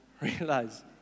realize